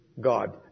God